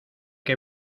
que